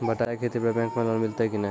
बटाई खेती पर बैंक मे लोन मिलतै कि नैय?